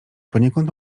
poniekąd